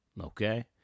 Okay